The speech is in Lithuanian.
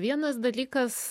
vienas dalykas